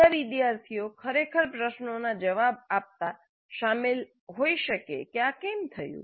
બધા વિદ્યાર્થીઓ ખરેખર પ્રશ્નોના જવાબ આપતા શામેલ હોઈ શકે કે આ કેમ થયું